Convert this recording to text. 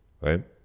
right